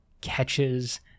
catches